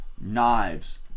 knives